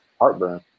heartburn